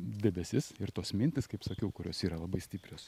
debesis ir tos mintys kaip sakiau kurios yra labai stiprios